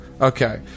Okay